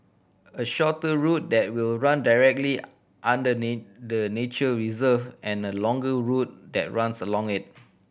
a shorter route that will run directly under the nature reserve and a longer route that runs around it